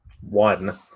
One